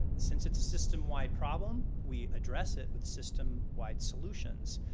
since it's a system wide problem, we address it with system wide solutions.